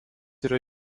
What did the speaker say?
yra